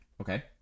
Okay